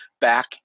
back